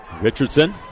Richardson